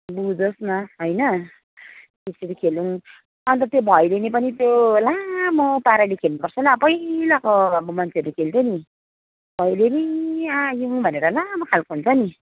बुझोस् न होइन त्यसरी खेलौँ अन्त त्यो भैलिनी पनि त्यो लामो पाराले खेल्नुपर्छ ल पहिलाको अब मान्छेहरूले खेल्थे नि भैलिनी आयौँ भनेर लामो खालको हुन्छ नि